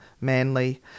Manly